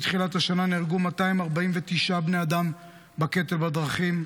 מתחילת השנה נהרגו 249 בני אדם בקטל בדרכים,